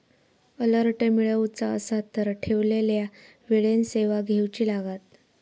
alert मिळवुचा असात तर ठरवलेल्या वेळेन सेवा घेउची लागात